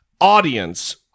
audience